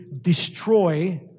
destroy